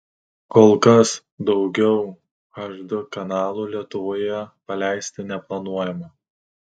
kol kas daugiau hd kanalų lietuvoje paleisti neplanuojama